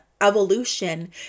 evolution